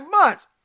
months